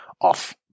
off